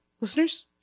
listeners